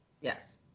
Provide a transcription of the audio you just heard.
Yes